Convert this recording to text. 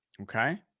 Okay